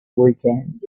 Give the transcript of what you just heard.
weekend